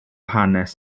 hanes